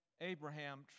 Abraham